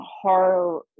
horror